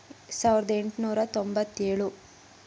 ಸಾವಿರದ ಎಂಟ್ನೂರ ತೊಂಬತ್ತೇಳು